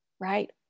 right